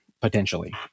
potentially